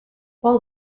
while